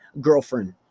girlfriend